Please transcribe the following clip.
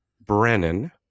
Brennan